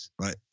right